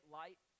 light